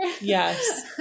Yes